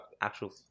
actual